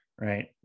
right